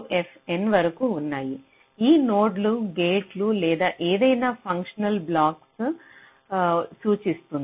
fn వరకు ఉన్నాయి ఈ నోడ్లు గేట్లు లేదా ఏదైనా ఫంక్షనల్ బ్లాక్స్ సూచిస్తుంది